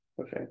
okay